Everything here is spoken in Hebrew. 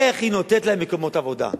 איך היא נותנת להם מקומות עבודה?